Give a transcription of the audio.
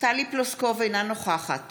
טלי פלוסקוב, אינה נוכחת